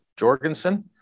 Jorgensen